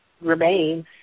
remains